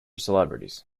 celebrities